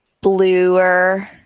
bluer